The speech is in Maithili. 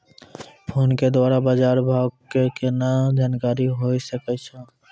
फोन के द्वारा बाज़ार भाव के केना जानकारी होय सकै छौ?